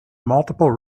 multiple